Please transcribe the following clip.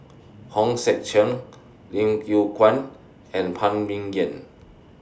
Hong Sek Chern Lim Yew Kuan and Phan Ming Yen